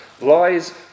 lies